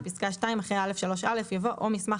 בפסקה (2) אחרי "(א)(3)(א) יבוא "או מסמך